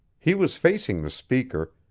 he was facing the speaker,